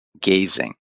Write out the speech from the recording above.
gazing